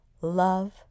love